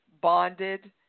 bonded